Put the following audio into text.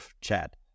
chat